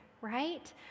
right